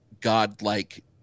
godlike